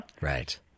Right